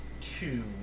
Two